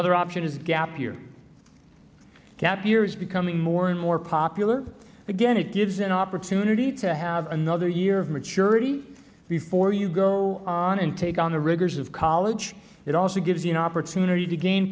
another option is gap year gap year is becoming more and more popular again it gives an opportunity to have another year of maturity before you go on and take on the rigors of college it also gives you an opportunity to gain